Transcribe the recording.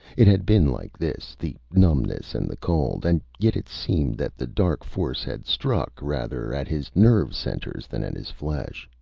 it had been like this, the numbness and the cold. and yet it seemed that the dark force had struck rather at his nerve centers than at his flesh.